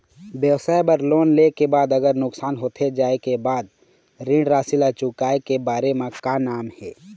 व्यवसाय बर लोन ले के बाद अगर नुकसान होथे जाय के बाद ऋण राशि ला चुकाए के बारे म का नेम हे?